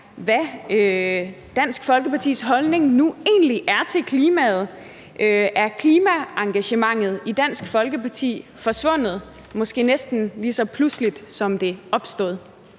Hvad er Dansk Folkepartis holdning nu egentlig til klimaet? Er klimaengagementet i Dansk Folkeparti forsvundet, måske næsten lige så pludseligt, som det opstod?